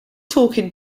talking